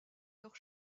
leurs